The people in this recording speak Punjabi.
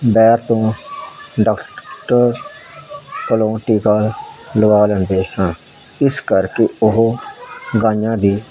ਵੈਰ ਤੋਂ ਡਾਕਟਰ ਵੱਲੋਂ ਟੀਕਾ ਲਵਾ ਲੈਂਦੇ ਹਾਂ ਇਸ ਕਰਕੇ ਉਹ ਗਾਈਆਂ ਦੀ